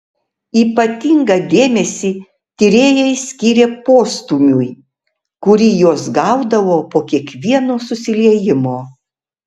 ypatingą dėmesį tyrėjai skyrė postūmiui kurį jos gaudavo po kiekvieno susiliejimo